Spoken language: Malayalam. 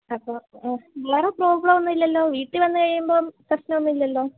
അപ്പോൾ വേറെ പ്രോബ്ലം ഒന്നും ഇല്ലല്ലോ വീട്ടിൽ വന്നു കഴിയുമ്പം പ്രശ്നമൊന്നും ഇല്ലല്ലോ